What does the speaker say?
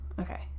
Okay